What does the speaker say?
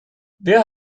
wer